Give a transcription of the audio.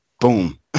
boom